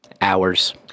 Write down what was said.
hours